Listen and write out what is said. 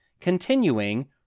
Continuing